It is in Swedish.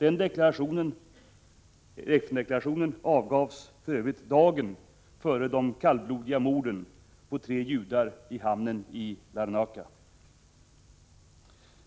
FN deklarationen avgavs för övrigt dagen före de kallblodiga morden på tre judar i hamnen i Larnaca.